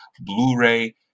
Blu-ray